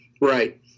right